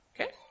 okay